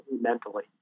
mentally